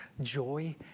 joy